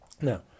Now